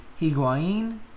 Higuain